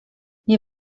nie